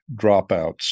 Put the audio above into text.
dropouts